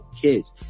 kids